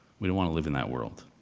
we don't want to live in that world.